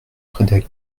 frédéric